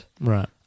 Right